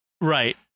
right